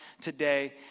today